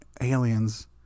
Aliens